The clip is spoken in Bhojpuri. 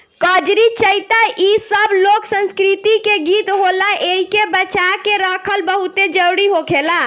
कजरी, चइता इ सब लोक संस्कृति के गीत होला एइके बचा के रखल बहुते जरुरी होखेला